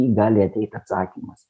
gali ateit atsakymas